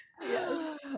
Yes